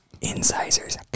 Incisors